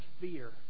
fear